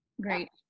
great